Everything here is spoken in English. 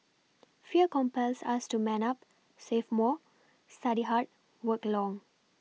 fear compels us to man up save more study hard work long